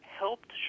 helped